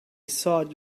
thought